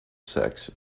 sex